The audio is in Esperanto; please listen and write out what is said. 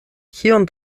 kion